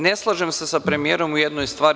Ne slažem se sa premijerom u jednoj stvari.